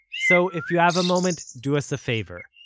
so if you have a moment, do us a favor,